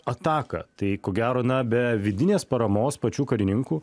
ataką tai ko gero na be vidinės paramos pačių karininkų